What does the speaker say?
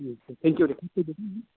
thank you Day